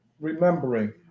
Remembering